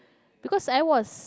because I was